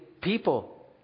people